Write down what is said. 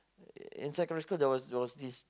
in secondary school there was this